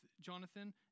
Jonathan